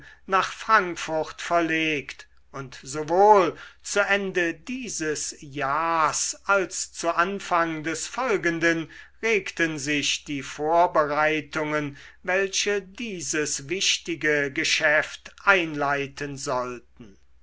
nach frankfurt verlegt und sowohl zu ende dieses jahrs als zu anfang des folgenden regten sich die vorbereitungen welche dieses wichtige geschäft einleiten sollten